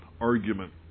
argument